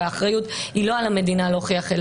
והאחריות היא לא על המדינה להוכיח,